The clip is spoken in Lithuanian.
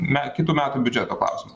me kitų metų biudžeto klausimas